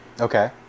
okay